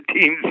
teams